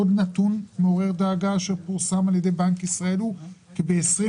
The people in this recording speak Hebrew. עוד נתון מעורר דאגה שפורסם על ידי בנק ישראל הוא כי ב-2020,